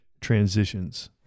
transitions